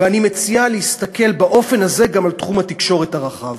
ואני מציע להסתכל באופן הזה גם על תחום התקשורת הרחב.